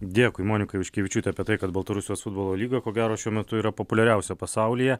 dėkui monika juškevičiūtė apie tai kad baltarusijos futbolo lyga ko gero šiuo metu yra populiariausia pasaulyje